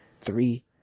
three